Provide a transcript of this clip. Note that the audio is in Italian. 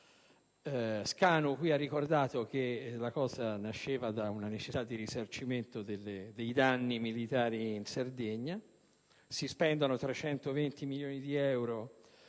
Scanu qui ha ricordato che la cosa nasceva da una necessità di risarcimento dei danni militari in Sardegna: si spendono 320 milioni di euro